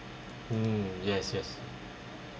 mm yes yes